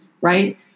right